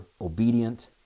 obedient